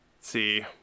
see